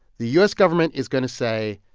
the u s. government is going to say,